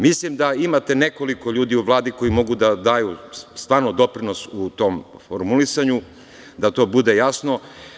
Mislim da imate nekoliko ljudi u Vladi koji mogu da daju stvarno doprinos u tom formulisanju, da to bude jasno.